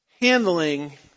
handling